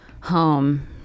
home